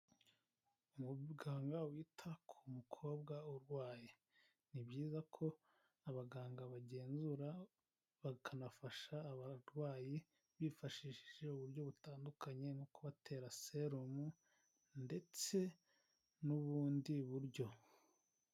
Umuganga wita ku mukobwa urwaye . Ni byiza ko abaganga bagenzura bakanafasha abarwayi, bifashishije uburyo butandukanye nko kubatera serumu, ndetse n'ubundi buryo.